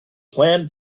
plan